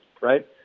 right